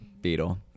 Beetle